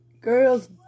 girls